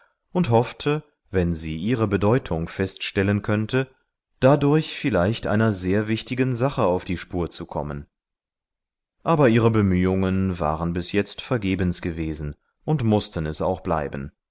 und hoffte wenn sie ihre bedeutung feststellen könnte dadurch vielleicht einer sehr wichtigen sache auf die spur zu kommen aber ihre bemühungen waren bis jetzt vergebens gewesen und mußten es auch bleiben